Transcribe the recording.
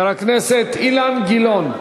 חבר הכנסת אילן גילאון.